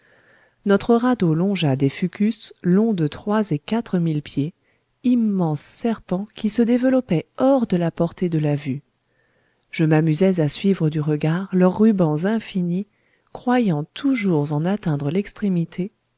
notre radeau longea des fucus longs de trois et quatre mille pieds immenses serpents qui se développaient hors de la portée de la vue je m'amusais à suivre du regard leurs rubans infinis croyant toujours en atteindre l'extrémité